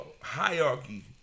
hierarchy